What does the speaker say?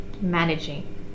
managing